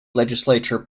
legislatures